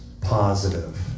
positive